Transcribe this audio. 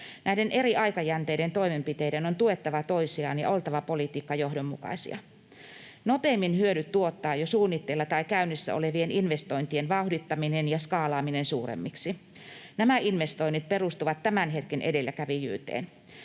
Näiden eri aikajänteiden toimenpiteiden on tuettava toisiaan ja oltava politiikkajohdonmukaisia. Nopeimmin hyödyt tuottaa jo suunnitteilla tai käynnissä olevien investointien vauhdittaminen ja skaalaaminen suuremmiksi. Nämä investoinnit perustuvat tämän hetken edelläkävijyyteen.